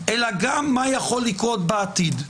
אלא גם מה יכול לקרות בעתיד.